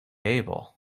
able